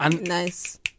Nice